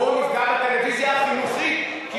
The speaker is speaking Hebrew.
בואו נפגע בטלוויזיה החינוכית כי,